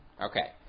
Okay